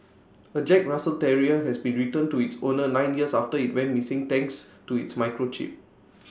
A Jack Russell terrier has been returned to its owners nine years after IT went missing thanks to its microchip